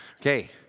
Okay